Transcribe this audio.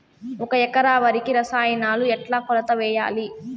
ఒక ఎకరా వరికి రసాయనాలు ఎట్లా కొలత వేయాలి?